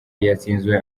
yatsinzwe